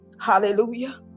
Hallelujah